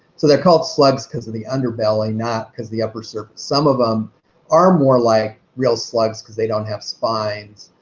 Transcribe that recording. so they're called slugs because of the underbelly, not because of the upper surface. some of them are more like real slugs because they don't have spines.